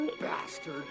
Bastard